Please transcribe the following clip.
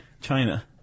China